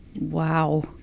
Wow